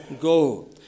go